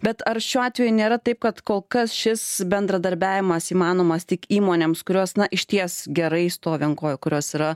bet ar šiuo atveju nėra taip kad kol kas šis bendradarbiavimas įmanomas tik įmonėms kurios na išties gerai stovi ant kojų kurios yra